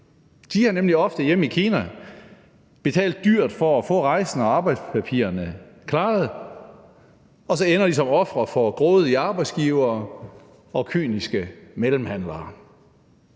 De har nemlig ofte hjemme i Kina betalt dyrt for at få rejsen og arbejdspapirerne klaret, og så ender de som ofre for grådige arbejdsgivere og kyniske mellemhandlere.